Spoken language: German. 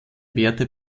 werte